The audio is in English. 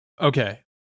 okay